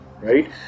right